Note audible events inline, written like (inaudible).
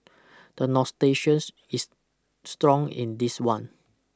the (unintelligible) is strong in this one